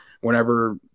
whenever